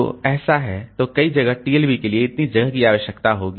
तो ऐसा है तो कई जगह टीएलबी के लिए इतनी जगह की आवश्यकता होगी